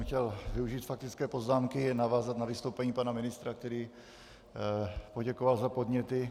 Chtěl jsem využít faktické poznámky a navázat na vystoupení pana ministra, který poděkoval za podněty.